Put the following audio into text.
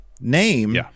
name